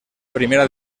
primera